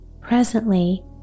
Presently